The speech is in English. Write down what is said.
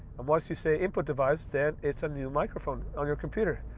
and once you say input device then it's a new microphone on your computer.